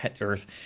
earth